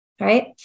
Right